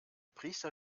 priester